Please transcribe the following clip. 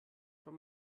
von